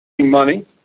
money